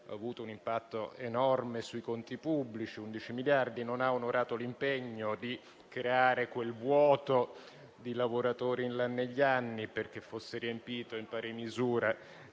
avuto un impatto enorme sui conti pubblici (11 miliardi), non ha onorato l'impegno di creare quel vuoto di lavoratori in là negli anni perché fosse riempito in pari misura